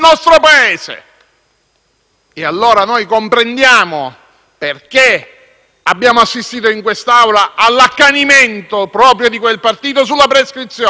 Paese. Dunque comprendiamo perché abbiamo assistito, in quest'Aula, all'accanimento proprio di quel partito sulla prescrizione